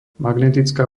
magnetická